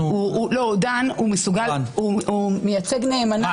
רן מייצג נאמנה.